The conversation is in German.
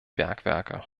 bergwerke